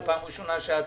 זו פעם ראשונה שאת